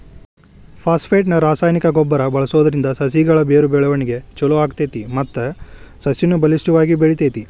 phosphate ನ ರಾಸಾಯನಿಕ ಗೊಬ್ಬರ ಬಳ್ಸೋದ್ರಿಂದ ಸಸಿಗಳ ಬೇರು ಬೆಳವಣಿಗೆ ಚೊಲೋ ಆಗ್ತೇತಿ ಮತ್ತ ಸಸಿನು ಬಲಿಷ್ಠವಾಗಿ ಬೆಳಿತೇತಿ